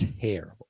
terrible